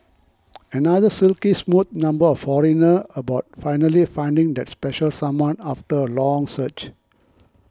another silky smooth number by Foreigner about finally finding that special someone after a long search